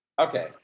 Okay